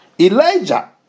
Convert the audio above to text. Elijah